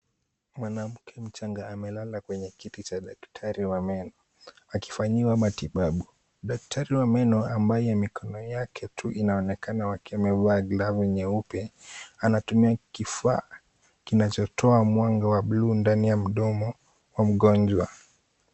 Mwanamke mchanga amelala kwenye kiti cha daktari wa meno akifanyiwa matibabu. Daktari wa meno ambaye mikono yake tu inaonekana akiwa amevaa glavu nyeupe, anatumia kifaa kinachotoa mwanga wa buluu ndani ya mdomo wa mgonjwa.